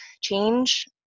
change